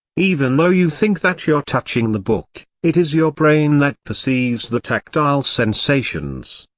even though you think that you're touching the book, it is your brain that perceives the tactile sensations.